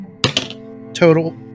total